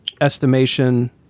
estimation